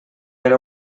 era